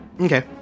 okay